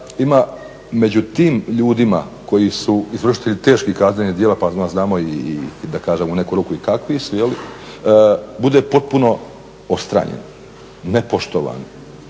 ima među tim ljudima koji su izvršitelji teških kaznenih djela pa znamo u neku ruku da kažem i kakvih jel' bude potpuno odstranjen, nepoštovan.